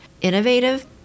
innovative